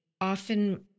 often